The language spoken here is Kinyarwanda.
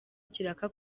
ikiraka